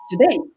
today